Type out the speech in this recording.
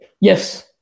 Yes